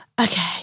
Okay